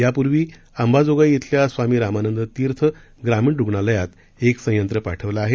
यापूर्वी अंबाजोगाई इथल्या स्वामी रामानंद तीर्थ ग्रामीण रूग्णालयात एक संयंत्र पाठवलं आहे